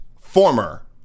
former